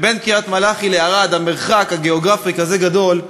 שהמרחק הגיאוגרפי בין קריית-מלאכי לערד הוא כזה גדול,